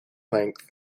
length